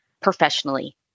professionally